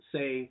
Say